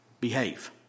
behave